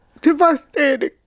devastating